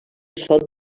sot